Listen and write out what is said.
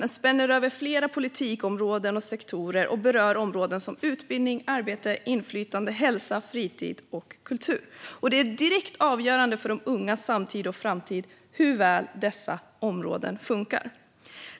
Den spänner över flera politikområden och sektorer och berör områden som utbildning, arbete, inflytande, hälsa, fritid och kultur. Det är direkt avgörande för de ungas samtid och framtid hur väl dessa områden funkar.